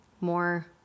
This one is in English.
more